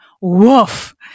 Woof